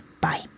Bye